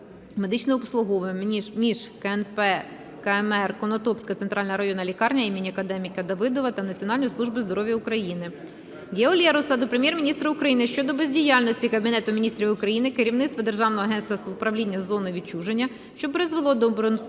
медичне обслуговування між КНП КМР "Конотопська Центральна районна лікарня імені академіка Давидова" та Національною службою здоров'я України. Гео Лероса до Прем'єр-міністра України щодо бездіяльності Кабінету Міністрів України, керівництва Державного агентства з управління зоною відчуження, що призвело до